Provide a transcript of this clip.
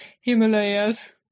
Himalayas